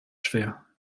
schwer